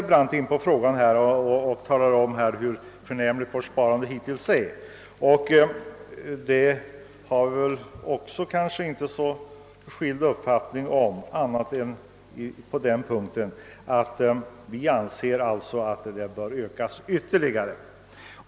Sedan kom emellertid herr Brandt in på frågan om vårt sparande hittills och talade om hur förnämligt det varit. Inte heller på den punkten har vi skilda meningar med undantag för att vi reservanter anser att sparandet bör ökas ytterligare.